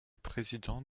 président